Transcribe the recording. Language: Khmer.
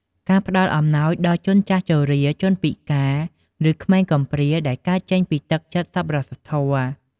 ការផ្តល់អំណោយដល់ជនចាស់ជរា ជនពិការ ឬក្មេងកំព្រា ដែលកើតចេញពីទឹកចិត្តសប្បុរសធម៌។